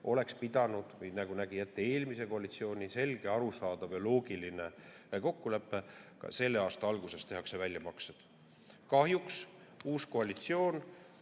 oleks pidanud, nagu nägi ette eelmise koalitsiooni selge, arusaadav ja loogiline kokkulepe, [minema nii,] et selle aasta alguses tehakse väljamaksed. Kahjuks uus koalitsioon